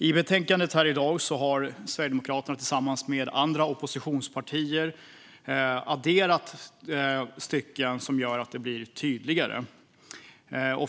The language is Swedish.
I betänkandet har Sverigedemokraterna tillsammans med andra oppositionspartier lagt till textstycken som gör att det blir tydligare.